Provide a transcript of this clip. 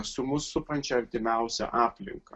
su mus supančia artimiausia aplinka